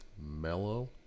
mellow